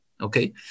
Okay